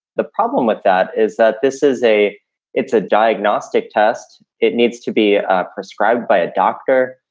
the problem with that is that this is a it's a diagnostic test. it needs to be prescribed by a doctor.